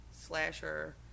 slasher